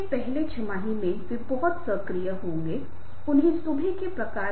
एक पहला मामला अर्थ बहुत स्पष्ट है दूसरे मामले में यह भ्रामक है और अर्थ बिल्कुल स्पष्ट नहीं है